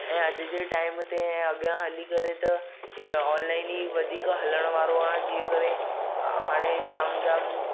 ऐं अॼु जे टाइम ते ऐं अॻियां हली करे त इअ ऑनलाइन ई वधीक हलण वारो आहे जीअं करे हाणे जाम जाम